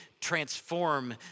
transform